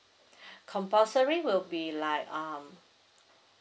compulsory will be like um